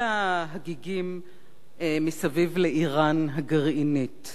הדיבורים של ראש הממשלה סביב נושא אירן גרעינית.